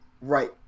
Right